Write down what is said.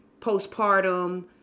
postpartum